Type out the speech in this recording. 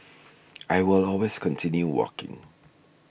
I will always continue walking